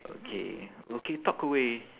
okay okay talk away